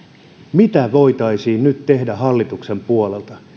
mitä voitaisiin nyt tehdä hallituksen puolelta